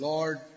Lord